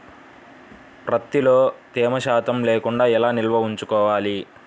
ప్రత్తిలో తేమ శాతం లేకుండా ఎలా నిల్వ ఉంచుకోవాలి?